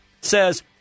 says